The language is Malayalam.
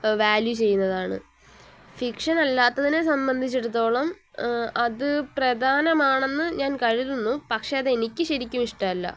വാല്യൂ ചെയ്യുന്നതാണ് ഫിക്ഷൻ അല്ലാത്തതിനെ സംബന്ധിച്ചെടുത്തോളം അത് പ്രധാനമാണെന്ന് ഞാൻ കരുതുന്നു പക്ഷേ അതെനിക്ക് ശരിക്കും ഇഷ്ടമല്ല